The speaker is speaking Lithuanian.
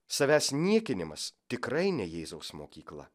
savęs niekinimas tikrai ne jėzaus mokykla